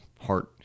heart